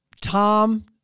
Tom